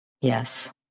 Yes